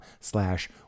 slash